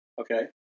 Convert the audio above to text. okay